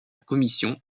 commission